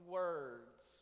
words